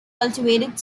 cultivated